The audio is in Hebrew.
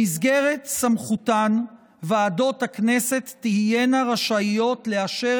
במסגרת סמכותן ועדות הכנסת תהיינה רשאיות לאשר